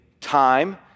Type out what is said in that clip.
time